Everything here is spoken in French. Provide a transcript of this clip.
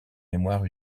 mémoire